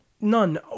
None